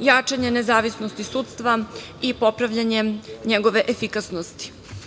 jačanje nezavisnosti sudstva i popravljanje njegove efikasnosti. Pregovarački